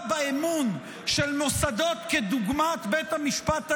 באמון של מוסדות כדוגמת בית המשפט העליון,